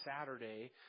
Saturday